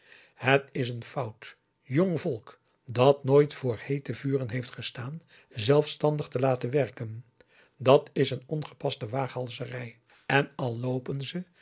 het is een fout jong volk dat nooit voor heete vuren heeft gestaan zelfstandig te laten werken dat is een ongepaste waaghalzerij en al loopen ze